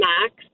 Max